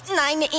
nine